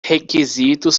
requisitos